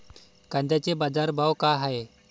कांद्याचे बाजार भाव का हाये?